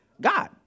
God